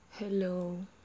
Hello